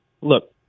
look